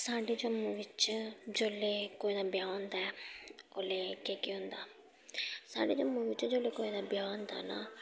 साढ़े जम्मू बिच्च जेल्लै कुतै ब्याह् होंदा ऐ उल्लै केह् केह् होंदा साढ़े जम्मू बिच्च जेल्लै कुसै दा ब्याह् होंदा ना